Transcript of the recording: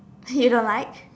but you don't like